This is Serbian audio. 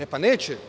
E, pa neće.